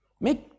Make